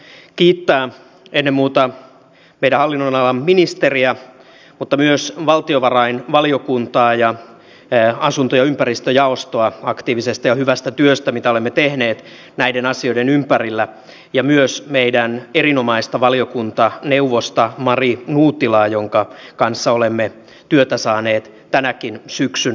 haluan kiittää ennen muuta meidän hallinnonalamme ministeriä mutta myös valtiovarainvaliokuntaa ja asunto ja ympäristöjaostoa aktiivisesta ja hyvästä työstä mitä olemme tehneet näiden asioiden ympärillä ja myös meidän erinomaista valiokuntaneuvostamme mari nuutilaa jonka kanssa olemme työtä saaneet tänäkin syksynä tehdä